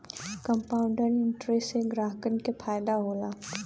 compound interest से ग्राहकन के फायदा होला